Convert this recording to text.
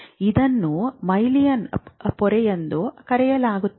ಇದನ್ನು ಮೈಲಿನ್ ಪೊರೆ ಎಂದು ಕರೆಯಲಾಗುತ್ತದೆ